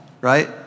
right